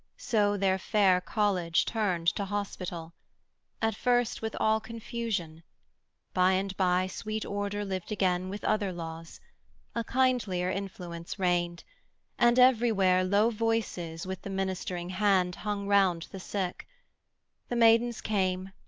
so their fair college turned to hospital at first with all confusion by and by sweet order lived again with other laws a kindlier influence reigned and everywhere low voices with the ministering hand hung round the sick the maidens came,